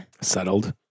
Settled